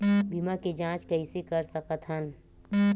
बीमा के जांच कइसे कर सकत हन?